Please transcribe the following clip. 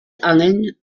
angeln